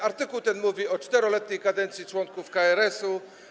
Artykuł ten mówi o 4-letniej kadencji członków KRS-u.